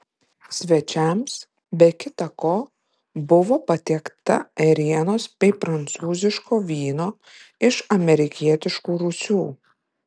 svečiams be kita ko buvo patiekta ėrienos bei prancūziško vyno iš amerikietiškų rūsių